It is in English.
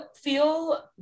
feel